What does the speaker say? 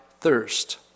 thirst